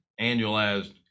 annualized